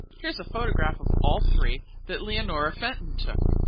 here's a photograph of all three that leonora fenton took.